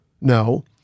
no